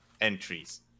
entries